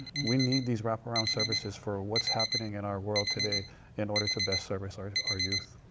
we need these wrap-around services for what's happening in our world today in order to best service our our youth.